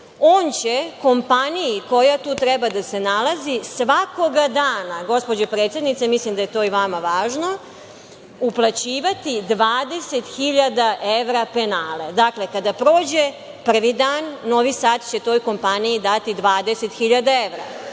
on će kompaniji koja tu treba da se nalazi svakog dana, gospođo predsednice mislim da je to i vama važno, uplaćivati 20.000 evra penale. Dakle, kada prođe prvi dan Novi Sad će toj kompaniji dati 20.000 evra,